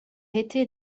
été